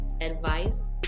advice